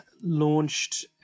launched